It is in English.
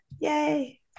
Yay